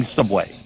Subway